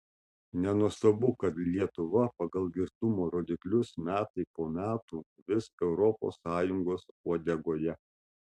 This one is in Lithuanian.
nenuostabu kad lietuva pagal girtumo rodiklius metai po metų vis europos sąjungos uodegoje